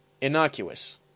Innocuous